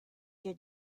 your